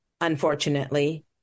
unfortunately